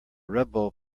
rebel